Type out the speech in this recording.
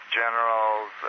generals